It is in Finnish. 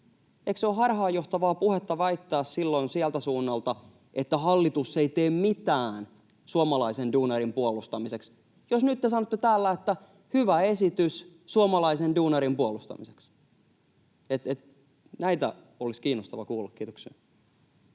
Eikö se ole harhaanjohtavaa puhetta väittää silloin sieltä suunnalta, että hallitus ei tee mitään suomalaisen duunarin puolustamiseksi, jos nyt te sanotte täällä, että hyvä esitys suomalaisen duunarin puolustamiseksi? Näitä olisi kiinnostavaa kuulla. — Kiitoksia.